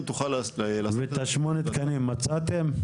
תוכל להסדיר --- ואת שמונה התקנים מצאתם?